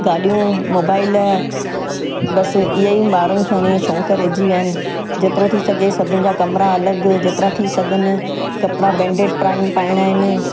गाॾियूं मोबाइल बसि ईअईं ॿारनि खे हाणे शौक़ु रहिजी विया आहिनि जेतिरो थी सघे सभिनि जा कमिरा अलॻि जेतिरा थी सघनि कपिड़ा ब्रैंडिड टायूं पाइणा आहिनि